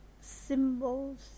symbols